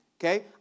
okay